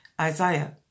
Isaiah